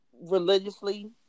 religiously